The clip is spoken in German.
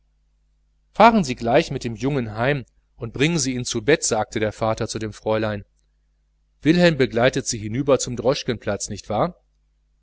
fahren sie gleich mit dem jungen heim und bringen sie ihn zu bett sagte der vater zu dem fräulein wilhelm begleitet sie hinüber zum droschkenplatz nicht wahr